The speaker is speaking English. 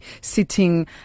sitting